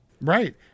right